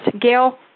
Gail